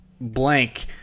blank